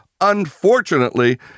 unfortunately